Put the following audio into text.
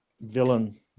villain